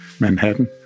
Manhattan